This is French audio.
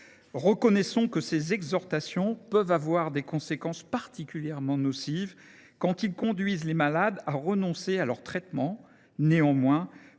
Reconnaissons que ces exhortations peuvent avoir des conséquences particulièrement nocives quand elles conduisent les malades à renoncer à leurs traitements. Néanmoins,